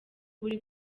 buri